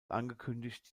angekündigt